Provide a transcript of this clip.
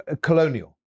colonial